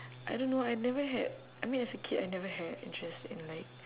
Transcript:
I don't know I never had I mean as a kid I never had interest in like